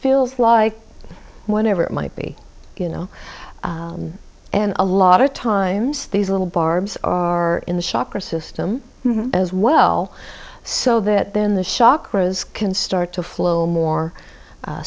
feels like whatever it might be you know and a lot of times these little barbs are in the shocker system as well so that then the shock grows can start to flow more